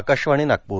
Akashvani Nagpur